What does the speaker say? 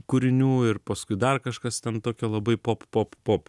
kūrinių ir paskui dar kažkas ten tokia labai pop pop pop